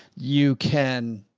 you can.